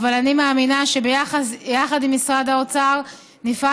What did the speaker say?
אבל אני מאמינה שיחד עם משרד האוצר נפעל